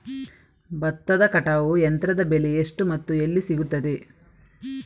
ಭತ್ತದ ಕಟಾವು ಯಂತ್ರದ ಬೆಲೆ ಎಷ್ಟು ಮತ್ತು ಎಲ್ಲಿ ಸಿಗುತ್ತದೆ?